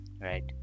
Right